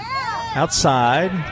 outside